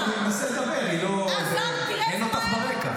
20 דקות אני מנסה לדבר, והיא לא, אין אותך ברקע.